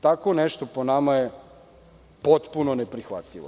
Tako nešto, po nama, je potpuno neprihvatljivo.